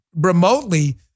remotely